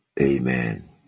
Amen